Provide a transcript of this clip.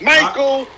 Michael